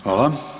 Hvala.